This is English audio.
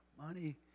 money